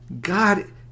God